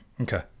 Okay